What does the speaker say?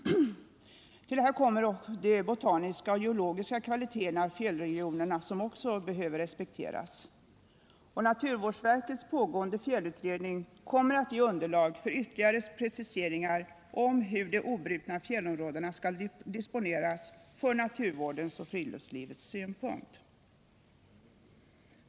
Till detta kommer de botaniska och geologiska kvaliteterna i fjällregionen, vilka också behöver respekteras. Naturvårdsverkets pågående fjällutredning kommer att ge underlag för ytterligare preciseringar av hur bl.a. de obrutna fjällområdena skall disponeras från naturvårdens och friluftslivets synpunkt.